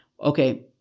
okay